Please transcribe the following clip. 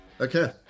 Okay